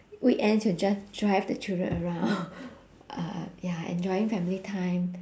weekends he will just drive the children around uh ya enjoying family time